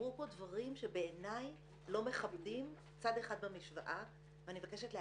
נאמרו פה דברים בעיניי לא מכבדים צד אחד במשוואה ואני מבקשת להעיר.